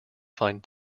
find